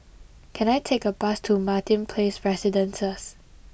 can I take a bus to Martin Place Residences